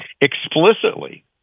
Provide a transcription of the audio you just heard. explicitly